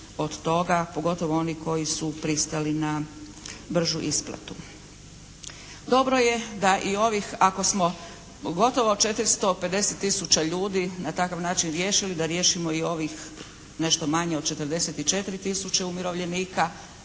od toga pogotovo oni koji su pristali na bržu isplatu. Dobro je da i ovih, ako smo gotovo 450 tisuća ljudi na takav način riješili da riješimo i ovih nešto manje od 44 tisuće umirovljenika